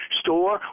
store